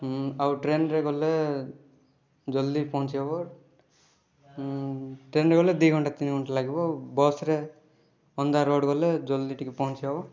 ହୁଁ ଆଉ ଟ୍ରେନ୍ରେ ଗଲେ ଜଲ୍ଦି ପହଞ୍ଚି ହେବ ଉଁ ଟ୍ରେନ୍ରେ ଗଲେ ଦୁଇଘଣ୍ଟା ତିନି ଘଣ୍ଟା ଲାଗିବ ବସ୍ରେ ଅଲଗା ରୋଡ଼ ଗଲେ ଜଲ୍ଦି ଟିକିଏ ପହଞ୍ଚି ହେବ